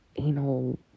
Anal